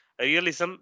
Realism